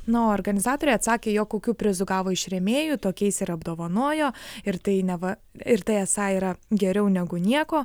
na o organizatoriai atsakė jog kokių prizų gavo iš rėmėjų tokiais ir apdovanojo ir tai neva ir tai esą yra geriau negu nieko